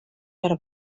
per